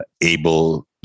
able